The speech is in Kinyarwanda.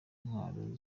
intwaro